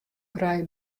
krije